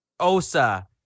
Osa